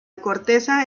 corteza